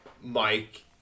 Mike